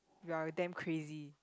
we're damn crazy